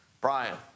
Brian